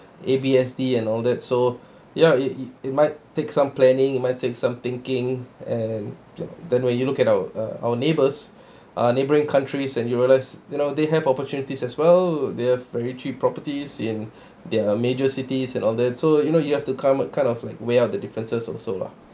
A_B_S_D and all that so ya it it might take some planning might take some thinking and then when you look at our uh our neighbours our neighbouring countries and you realise you know they have opportunities as well they have very cheap properties in their major cities and all that so you know you have to come up with a kind of like weight out the differences also lah